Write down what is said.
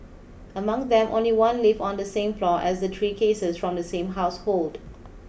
among them only one lived on the same floor as the three cases from the same household